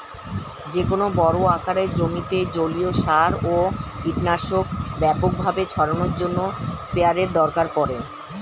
যেকোনো বড় আকারের জমিতে জলীয় সার ও কীটনাশক ব্যাপকভাবে ছড়ানোর জন্য স্প্রেয়ারের দরকার পড়ে